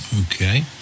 Okay